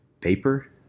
paper